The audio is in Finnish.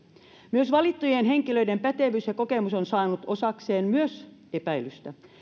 myös valittujen henkilöiden pätevyys ja kokemus ovat saaneet osakseen epäilystä